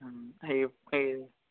ఆ ఇవి